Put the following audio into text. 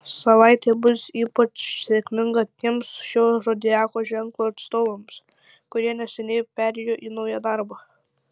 savaitė bus ypač sėkminga tiems šio zodiako ženklo atstovams kurie neseniai perėjo į naują darbą